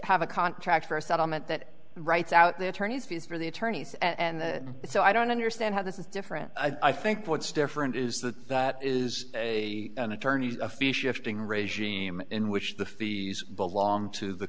have a contract for a settlement that writes out the attorney's fees for the attorneys and so i don't understand how this is different i think what's different is that that is an attorney's a fee shifting regime in which the fees belong t